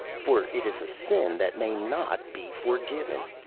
for it is a sin that may not be forgiven.